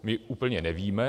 My úplně nevíme.